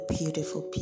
beautiful